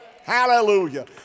Hallelujah